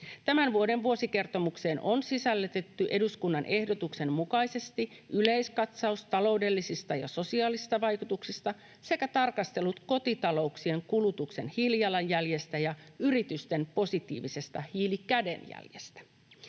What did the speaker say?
Tämän vuoden vuosikertomukseen on sisällytetty eduskunnan ehdotuksen mukaisesti yleiskatsaus taloudellisista ja sosiaalisista vaikutuksista sekä tarkastelut kotitalouksien kulutuksen hiilijalanjäljestä ja yritysten positiivisesta hiilikädenjäljestä.